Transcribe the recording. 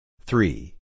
Three